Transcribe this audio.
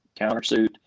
countersuit